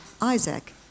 Isaac